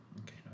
Okay